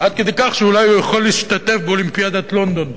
עד כדי כך שאולי הוא יכול להשתתף באולימפיאדת לונדון.